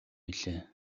билээ